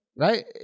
right